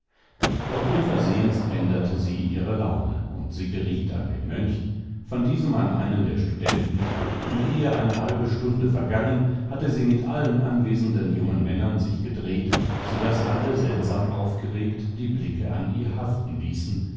doch unversehens änderte sie ihre laune und sie geriet an den mönch von diesem an einen der studenten und eh eine halbe stunde vergangen hatte sie mit allen anwesenden jungen männern sich gedreht so daß alle seltsam aufgeregt die blicke an ihr haften ließen